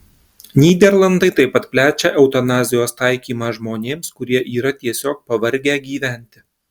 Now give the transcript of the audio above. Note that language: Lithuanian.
nyderlandai taip pat plečia eutanazijos taikymą žmonėms kurie yra tiesiog pavargę gyventi